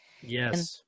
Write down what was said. Yes